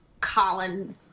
Colin